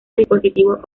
dispositivos